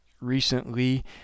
recently